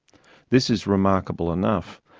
this is remarkable enough,